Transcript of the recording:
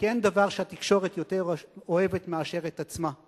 כי אין דבר שהתקשורת יותר אוהבת מאשר את עצמה.